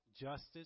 justice